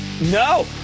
No